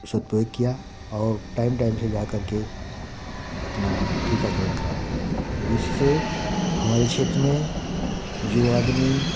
सदुपयोग किया और टाइम टाइम से जाकर के अपना टीकाकरण कराया इससे हमारे क्षेत्र में जो आदमी